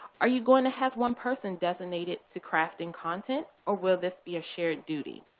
are you going to have one person designated to crafting content or will this be a shared duty?